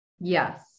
Yes